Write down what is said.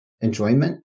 enjoyment